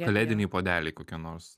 kalėdiniai puodeliai kokie nors